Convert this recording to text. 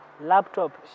Laptop